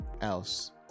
else